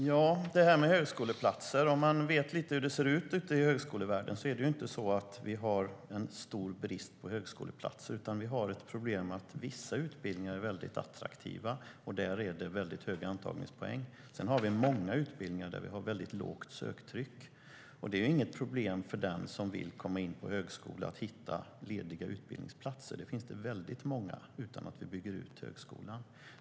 Fru talman! Om man vet lite hur det ser ut i högskolevärlden vet man att vi inte har en stor brist på högskoleplatser. Vi har i stället ett problem med att vissa utbildningar är väldigt attraktiva, och där är det höga antagningspoäng. Sedan har vi många utbildningar där det är lågt söktryck. Det är inget problem för den som vill komma in på högskolan att hitta lediga utbildningsplatser; det finns väldigt många utan att vi bygger ut högskolan.